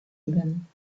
gewinnen